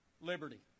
liberty